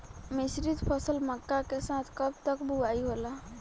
मिश्रित फसल मक्का के साथ कब तक बुआई होला?